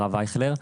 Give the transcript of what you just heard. הרב אייכלר,